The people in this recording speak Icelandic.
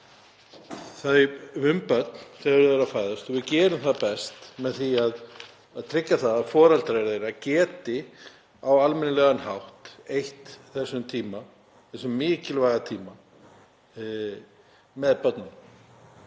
að börnum þegar þau fæðast og við gerum það best með því að tryggja að foreldrar þeirra geti á almennilegan hátt eytt þessum tíma, þessum mikilvæga tíma, með börnunum.